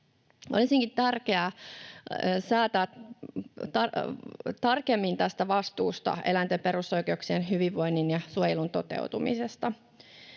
Olisikin tärkeää säätää tarkemmin tästä vastuusta, eläinten perusoikeuksien, hyvinvoinnin ja suojelun toteutumisesta.